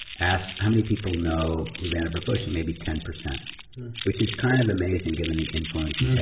asked how many people know who vannevar bush? and maybe ten percent which is kind of amazing given the influence he's yeah